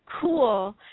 cool